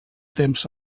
temps